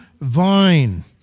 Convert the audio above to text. vine